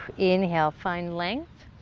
inhale, find length,